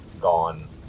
gone